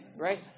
right